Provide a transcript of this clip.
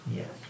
Yes